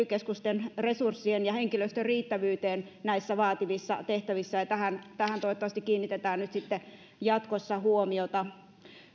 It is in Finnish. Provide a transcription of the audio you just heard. keskusten resurssien ja henkilöstön riittävyyteen näissä vaativissa tehtävissä tähän tähän toivottavasti kiinnitetään nyt sitten jatkossa huomiota